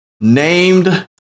named